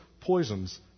poisons